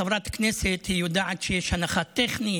חברת כנסת יודעת שיש הנחה טכנית,